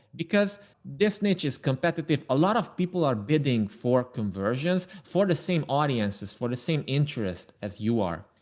because this niche is competitive. a lot of people are bidding for conversions for the same audiences, for the same interest as you are.